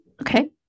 Okay